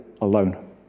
alone